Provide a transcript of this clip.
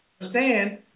understand